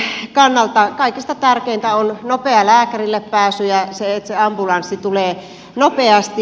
ihmisten kannalta kaikista tärkeintä on nopea lääkärille pääsy ja se että se ambulanssi tulee nopeasti